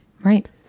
Right